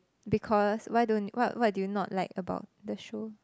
because why don't what what do you not like about the show